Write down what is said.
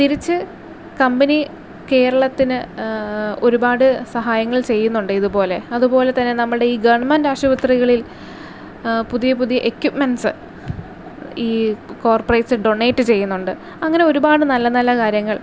തിരിച്ച് കമ്പനി കേരളത്തിന് ഒരുപാട് സഹായങ്ങൾ ചെയ്യുന്നുണ്ട് ഇതുപോലെ അതുപോലെതന്നെ നമ്മളുടെ ഈ ഗവൺമെന്റ് ആശുപത്രികളിൽ പുതിയ പുതിയ എക്യുപ്മെൻസ് ഈ കോർപ്പറേറ്റ്സ് ഡൊണേറ്റ് ചെയ്യുന്നുണ്ട് അങ്ങനെ ഒരുപാട് നല്ല നല്ല കാര്യങ്ങൾ